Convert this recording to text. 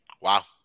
Wow